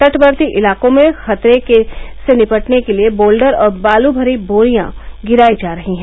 तटवर्ती इलाकों में खतरे से निपटने के लिये बोल्डर और बालू भरी बोरियां गिरायी जा रही है